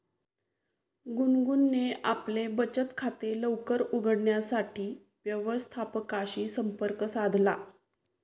गुनगुनने आपले बचत खाते लवकर उघडण्यासाठी व्यवस्थापकाशी संपर्क साधला